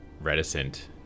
reticent